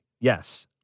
Yes